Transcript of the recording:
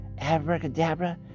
Abracadabra